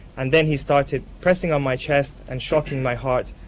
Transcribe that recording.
and then he started pressing on my chest and shocking my heart.